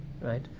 Right